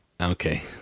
Okay